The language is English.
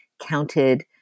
counted